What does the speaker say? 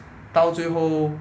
到最后